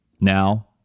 Now